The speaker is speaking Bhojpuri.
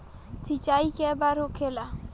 सिंचाई के बार होखेला?